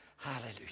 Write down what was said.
Hallelujah